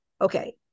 okay